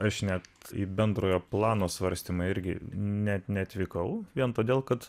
aš net į bendrojo plano svarstymą irgi net neatvykau vien todėl kad